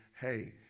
hey